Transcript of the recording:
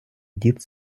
дід